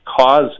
cause